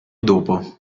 dopo